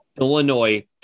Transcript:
Illinois